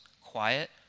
quiet